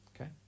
Okay